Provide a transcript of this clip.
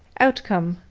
outcome,